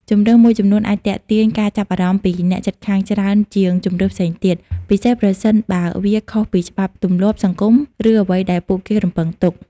ជម្រើសមួយចំនួនអាចទាក់ទាញការចាប់អារម្មណ៍ពីអ្នកជិតខាងច្រើនជាងជម្រើសផ្សេងទៀត ពិសេសប្រសិនបើវាខុសពីច្បាប់ទម្លាប់សង្គម ឬអ្វីដែលពួកគេរំពឹងទុក។